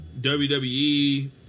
WWE